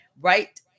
right